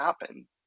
happen